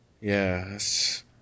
Yes